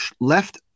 left